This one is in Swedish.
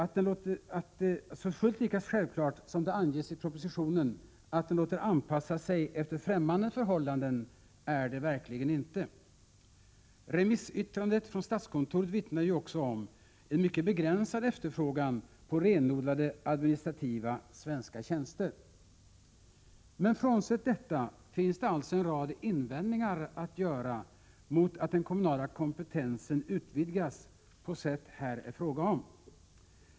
Så fullt lika självklart, som det anges i propositionen, att den låter anpassa sig efter ffrämmande förhållanden, är det verkligen inte. Remissyttrandet från statskontoret vittnar ju också om en mycket begränsad efterfrågan på renodlade administrativa svenska tjänster. Men frånsett detta finns det alltså en rad invändningar att göra mot att den 5 kommunala kompetensen utvidgas på sätt här är fråga om.